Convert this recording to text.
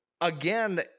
again